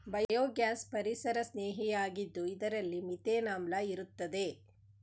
biogas ಪರಿಸರಸ್ನೇಹಿಯಾಗಿದ್ದು ಇದರಲ್ಲಿ methane ಆಮ್ಲ ಇರುತ್ತದೆ